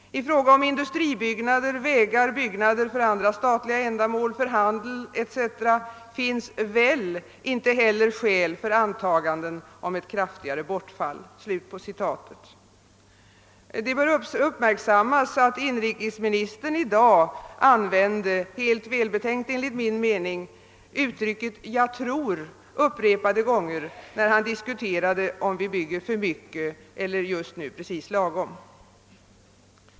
I fråga om industribyggnader, vägar, byggnader för andra statliga ändamål, för handel etc. finns väl inte heller skäl för antaganden om ett kraftigare bortfall.» Det bör uppmärksammas att inrikesministern i dag använde — helt välbetänkt enligt min mening — uttrycket »jag tror» upprepade gånger, när han diskuterade om vi bygger för mycket eller just nu precis lagom.